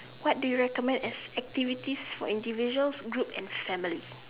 what do you recommend as activities for individuals groups and families